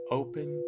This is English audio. open